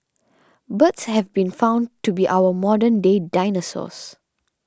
birds have been found to be our modern day dinosaurs